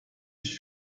dich